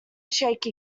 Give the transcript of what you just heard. shake